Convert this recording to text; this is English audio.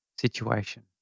situation